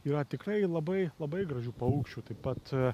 yra tikrai labai labai gražių paukščių taip pat